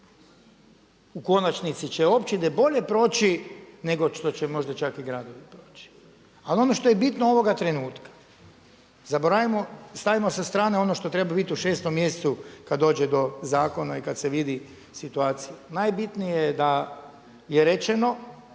u konačnici će upravo općine bolje proći nego što će možda čak i gradovi proći. Ali ono što je bitno ovoga trenutka zaboravimo, stavimo sa strane ono što treba biti u šestom mjesecu kad dođe do zakona i kad se vidi situacija. Najbitnije je da je rečeno